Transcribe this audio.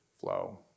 flow